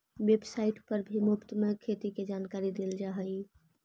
website पर भी मुफ्त में खेती के जानकारी देल जा हई